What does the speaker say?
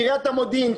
קריית המודיעין,